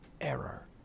error